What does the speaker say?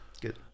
good